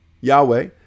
Yahweh